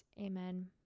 amen